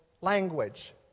language